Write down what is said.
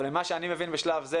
מה שאני מבין בשלב זה,